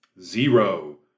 zero